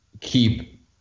keep